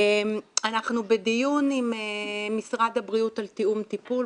אנחנו בדיון עם משרד הבריאות על תיאום טיפול.